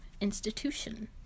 institution